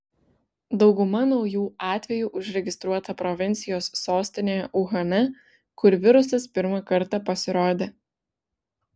dauguma naujų atvejų užregistruota provincijos sostinėje uhane kur virusas pirmą kartą pasirodė